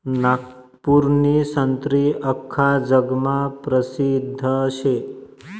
नागपूरनी संत्री आख्खा जगमा परसिद्ध शे